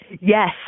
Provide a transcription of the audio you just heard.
Yes